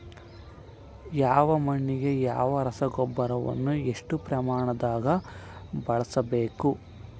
ಯಾವ ಮಣ್ಣಿಗೆ ಯಾವ ರಸಗೊಬ್ಬರವನ್ನು ಎಷ್ಟು ಪ್ರಮಾಣದಾಗ ಬಳಸ್ಬೇಕು?